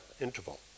interval